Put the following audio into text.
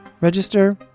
register